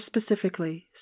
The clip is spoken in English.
specifically